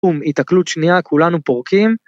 עם התקלות שנייה כולנו פורקים.